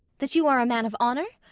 that you are a man of honour?